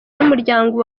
n’umuryango